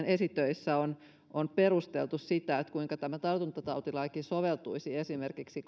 esitöissä on on perusteltu sitä kuinka tämä tartuntatautilaki soveltuisi esimerkiksi